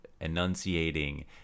enunciating